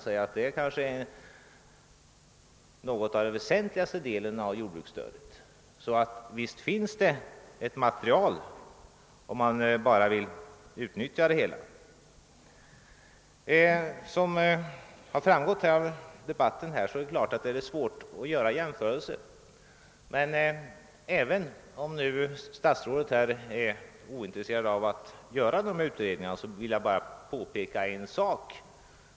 Det är kanske något av den väsentligaste delen av jordbruksstödet, så att visst finns det material, om man bara vill utnyttja det. Det är klart att det, såsom har framgått av. debatten här, är svårt att göra jämförelser. Men även om statsrådet är ointresserad av att göra dessa utredningar, vill jag bara påpeka en sak.